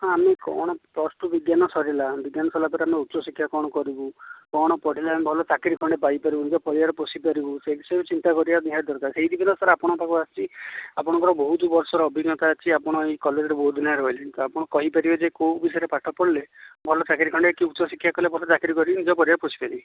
ହଁ ଆମେ କ'ଣ ପ୍ଲସ୍ ଟୁ ବିଜ୍ଞାନ ସରିଲା ବିଜ୍ଞାନ ସରିଲା ପରେ ଆମେ ଉଚ୍ଚ ଶିକ୍ଷା କ'ଣ କରିବୁ କ'ଣ ପଢ଼ିଲେ ଆମେ ଭଲ ଚାକିରୀ ଖଣ୍ଡେ ପାଇପାରିବୁ ନିଜ ପରିବାର ପୋଷିପାରିବୁ ସେ ବିଷୟରେ ଚିନ୍ତା କରିବା ନିହାତି ଦରକାର ସେଇ ଦିଗରେ ଆପଣଙ୍କ ପାଖକୁ ଆସିଛି ଆପଣଙ୍କ ବହୁତ ବର୍ଷର ଅଭିଜ୍ଞତା ଅଛି ଆପଣ ଏଇ କଲେଜରେ ବହୁତ ଦିନ ହେଲା ରହିଲେଣି ତ ଆପଣ କହିପାରିବେ ଯେ କେଉଁ ବିଷୟରେ ପାଠ ପଢ଼ିଲେ ଭଲ ଚାକିରୀ ଖଣ୍ଡେ କି ଉଚ୍ଚ ଶିକ୍ଷା କଲେ ଭଲ ଚାକିରୀ କରି ନିଜ ପରିବାର ପୋଷିପାରିବି